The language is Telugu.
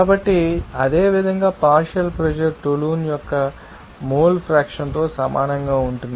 కాబట్టి అదేవిధంగా పార్షియల్ ప్రెషర్ టోలున్ యొక్క మోల్ ఫ్రాక్షన్ తో సమానంగా ఉంటుంది